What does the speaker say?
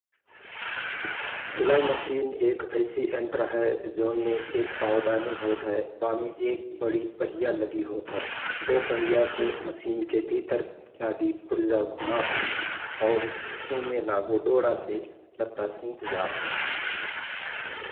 सिलाई मसिन एक ऐसी यन्त्र है जौनमे एक पाउदानी होत हए । बामे एक बडी पहिया लगि होतहय बो पहिया से मसिन के भीतर लगी पुर्जा घुमात हए । और सुई मे लगो डोरा से लत्ता सित जात हए ।